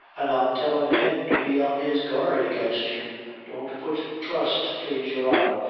an' i'm tellin' him to be on his guard against you don't put trust, plaise your honor,